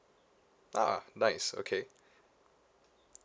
ah nice okay